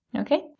Okay